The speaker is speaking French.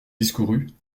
discourut